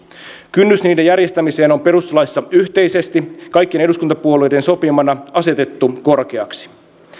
kynnys niiden järjestämiseen on perustuslaissa yhteisesti kaikkien eduskuntapuolueiden sopimana asetettu korkeaksi